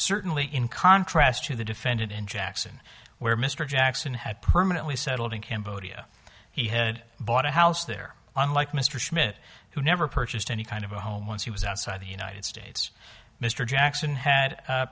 certainly in contrast to the defendant in jackson where mr jackson had permanently settled in cambodia he had bought a house there unlike mr schmidt who never purchased any kind of a home once he was outside the united states mr jackson had